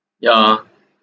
ya